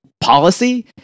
policy